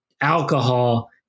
alcohol